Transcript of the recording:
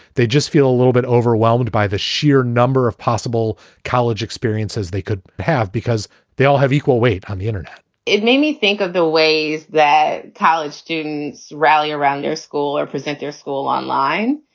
they just feel a little bit overwhelmed by the sheer number of possible college experiences they could have because they all have equal weight on the internet it made me think of the ways that college students rally around their school or present their school online.